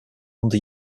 under